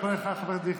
אדוני היושב-ראש,